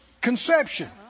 conception